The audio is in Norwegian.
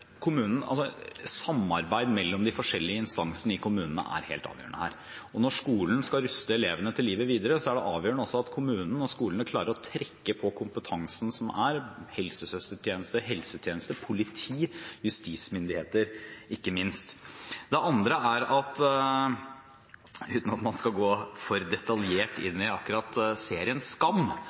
Samarbeid mellom de forskjellige instansene i kommunen er helt avgjørende her. Når skolen skal ruste elevene til livet videre, er det også avgjørende at kommunen og skolene klarer å trekke på kompetansen som er – helsesøstertjeneste, helsetjeneste og politi og justismyndigheter ikke minst. Det andre er at uten at man skal gå for detaljert inn i akkurat serien SKAM,